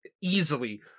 easily